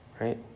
Right